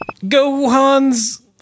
Gohan's